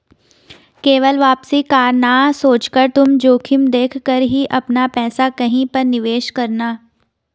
केवल वापसी का ना सोचकर तुम जोखिम देख कर ही अपना पैसा कहीं पर निवेश करना